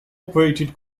operated